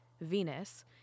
Venus